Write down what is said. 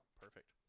Perfect